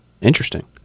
Interesting